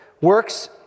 works